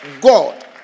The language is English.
God